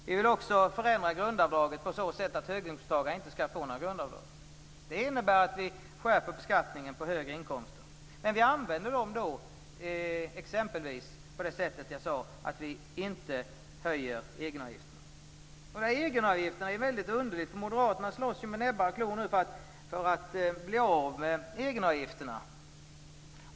Vi vill också förändra grundavdraget så att höginkomsttagare inte skall få några grundavdrag. Det innebär att vi skärper beskattningen på högre inkomster, men vi använder då pengarna exempelvis till att inte höja egenavgifterna. Det här med egenavgifter är underligt. Nu slåss moderaterna för att bli av med egenavgifterna.